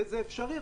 וזה אפשרי.